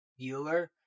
Bueller